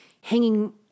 hanging